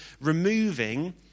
removing